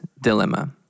dilemma